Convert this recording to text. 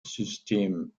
system